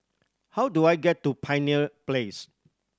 how do I get to Pioneer Place